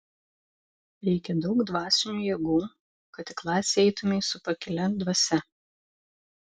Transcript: reikia daug dvasinių jėgų kad į klasę eitumei su pakilia dvasia